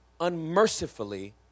unmercifully